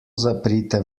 zaprite